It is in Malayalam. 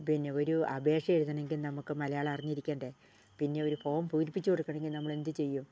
പിന്നെ ഒരു അപേക്ഷ എഴുതണമെങ്കിൽ നമുക്ക് മലയാളം അറിഞ്ഞിരിക്കേണ്ടെ പിന്നെ ഒരു ഫോം പൂരിപ്പിച്ചു കൊടുക്കണമെങ്കിൽ നമ്മൾ എന്തു ചെയ്യും